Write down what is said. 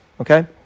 Okay